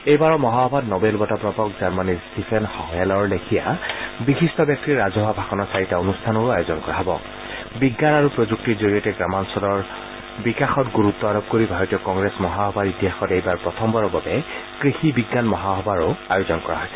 এইবাৰৰ মহাসভাত নবেল বঁটা প্ৰাপক জাৰ্মনীৰ ষ্টিফেন হেলৰ লেখিয়া বিশিষ্ট ব্যক্তিৰ ৰাজহুৱা ভাষণৰ চাৰিটা অনুষ্ঠানৰো আয়োজন কৰা হ'ব বিজ্ঞান আৰু প্ৰযুক্তিৰ জৰিয়তে গ্ৰামাঞ্চলৰ বিকাশৰ ওপৰত গুৰুত্ আৰোপ কৰি ভাৰতীয় কংগ্ৰেছ মহাসভাৰ ইতিহাসত এইবাৰ প্ৰথমবাৰৰ বাবে কৃষি বিজ্ঞান মহাসভাৰো আয়োজন কৰা হৈছে